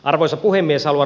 arvoisa puhemies